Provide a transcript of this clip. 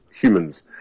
humans